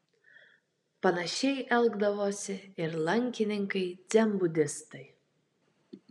panašiai elgdavosi ir lankininkai dzenbudistai